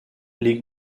les